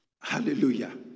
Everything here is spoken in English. Hallelujah